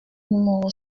numéro